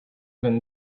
been